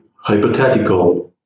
hypothetical